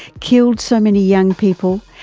killed so many young people,